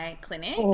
clinic